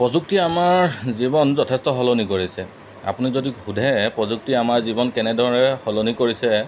প্ৰযুক্তিয়ে আমাৰ জীৱন যথেষ্ট সলনি কৰিছে আপুনি যদি সোধে প্ৰযুক্তিয়ে আমাৰ জীৱন কেনেদৰে সলনি কৰিছে